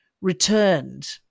returned